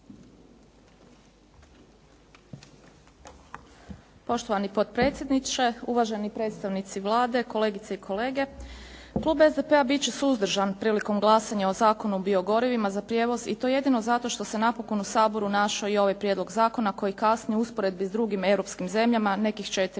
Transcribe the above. Poštovani potpredsjedniče, uvaženi predstavnici Vlade, kolegice i kolege. Klub SDP-a biti će suzdržan prilikom glasanja o Zakonu o biogorivima za prijevoz i to jedino zato što se napokon u Saboru našao i ovaj prijedlog zakona koji kasni u usporedbi s drugim europskim zemljama nekih 4